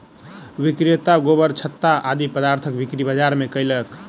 विक्रेता गोबरछत्ता आदि पदार्थक बिक्री बाजार मे कयलक